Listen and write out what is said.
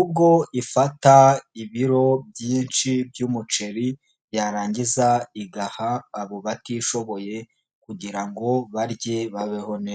ubwo ifata ibiro byinshi by'umuceri, yarangiza igaha abo batishoboye kugira ngo barye babeho neza.